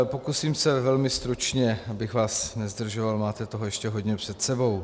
Pokusím se velmi stručně, abych vás nezdržoval, máte toho ještě hodně před sebou.